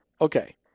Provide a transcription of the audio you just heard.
okay